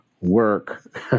work